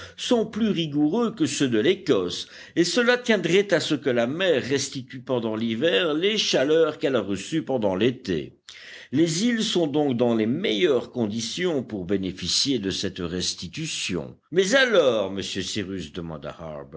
sont plus rigoureux que ceux de l'écosse et cela tiendrait à ce que la mer restitue pendant l'hiver les chaleurs qu'elle a reçues pendant l'été les îles sont donc dans les meilleures conditions pour bénéficier de cette restitution mais alors monsieur cyrus demanda